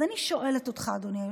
אז אני שואלת אותך, אדוני היושב-ראש: